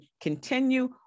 continue